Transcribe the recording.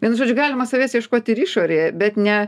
vienu žodžiu galima savęs ieškoti ir išorėje bet ne